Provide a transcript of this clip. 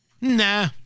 Nah